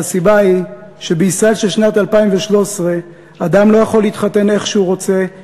והסיבה היא שבישראל של שנת 2013 אדם לא יכול להתחתן איך שהוא רוצה,